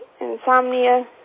insomnia